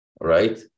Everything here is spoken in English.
right